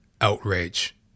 outrage